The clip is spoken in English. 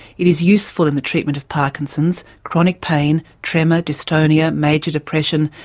it is useful in the treatment of parkinson's, chronic pain, tremor, dystonia, major depression,